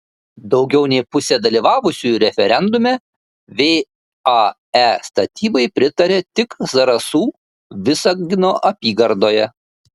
daugiau nei pusė dalyvavusiųjų referendume vae statybai pritarė tik zarasų visagino apygardoje